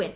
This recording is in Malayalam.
എൻ